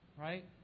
right